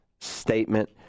Statement